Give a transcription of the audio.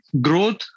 growth